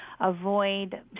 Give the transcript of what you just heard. avoid